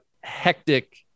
hectic